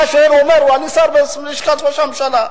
כשאתה שואל, הוא אומר: אני שר בלשכת ראש הממשלה.